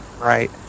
Right